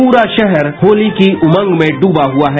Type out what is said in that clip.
पूरा राहर होली की उमंग में दूबा हुआ है